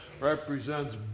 represents